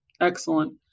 Excellent